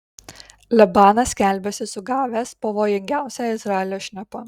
libanas skelbiasi sugavęs pavojingiausią izraelio šnipą